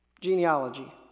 genealogy